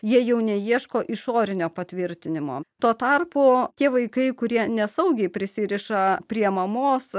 jie jau neieško išorinio patvirtinimo tuo tarpu tie vaikai kurie nesaugiai prisiriša prie mamos